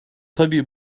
tabii